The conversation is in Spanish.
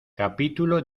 capítulo